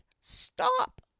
stop